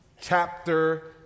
chapter